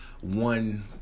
one